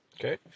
Okay